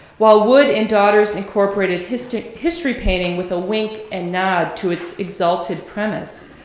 while wood in daughters incorporated history history painting with a wink and nod to its exalted premise,